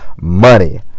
money